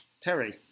Terry